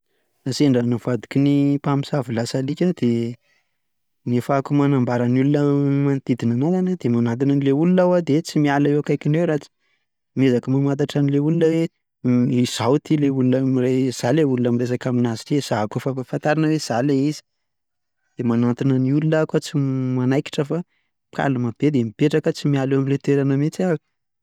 Raha sendra navadikin'ny mpamosavy lasa alika aho dia ny ahafahako manambara ny olona manodidina an'ahy dia manantona an'ilay olona aho dia tsy miala eo akaikiny eo raha tsy, miezaka mamantatra an'ilay olona aho hoe izaho ity ilay olona mires- izaho le olona miresaka amin'azy ity, hiezahako fafa- ampahafantarina hoe izaho ilay izy, dia manantona ny olona aho. tsy manaikitra fa kalma be dia mipetraka tsy miala eo amin'ilay toerana mihintsy ahako.